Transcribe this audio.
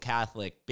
Catholic